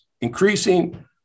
increasing